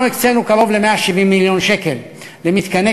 אנחנו הקצינו קרוב ל-170 מיליון שקל למתקני